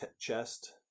chest